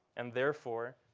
and therefore,